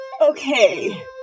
Okay